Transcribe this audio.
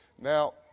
Now